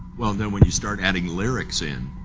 well then when you start adding lyrics in,